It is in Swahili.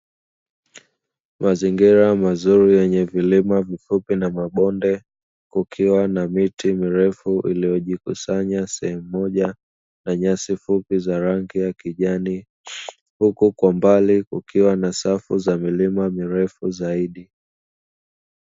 Mazingira mazuri yenye vilima vifupi na mabonde, kukiwa na miti mirefu iliyojikusanya sehemu moja na nyasi fupi za rangi ya kijani, huku kwa mbali kukiwa na safu za milima mirefu zaidi.